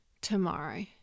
tomorrow